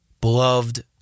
beloved